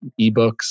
eBooks